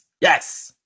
Yes